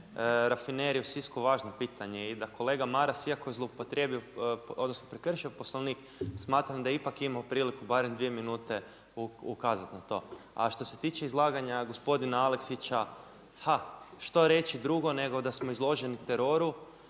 Rafinerije u Sisku važno pitanje i da kolega Maras, iako je zloupotrijebio odnosno prekršio Poslovnik, smatram da je ipak imao priliku barem 2 minute ukazati na to. A što se tiče izlaganja gospodina Aleksića ha što reći drugo nego da smo izloženi teroru,